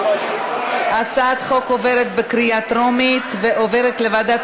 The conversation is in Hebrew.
הצעת החוק עברה בקריאה טרומית ועוברת לוועדת